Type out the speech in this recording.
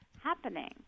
happening